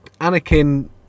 Anakin